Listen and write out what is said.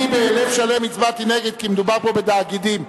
אני בלב שלם הצבעתי נגד כי מדובר פה בתאגידים.